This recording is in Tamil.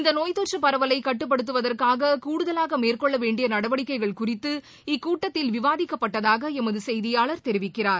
இந்த நோய் தொற்றுப் பரவலை கட்டுப்படுவதற்காக கூடுதலாக மேற்கொள்ள வேண்டிய நடவடிக்கைகள் குறித்து இக்கூட்டத்தில் விவாதிக்கப்பட்டதாக எமது செய்தியாளர் தெரிவிக்கிறார்